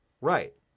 Right